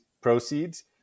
proceeds